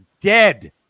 dead